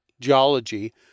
geology